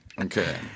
Okay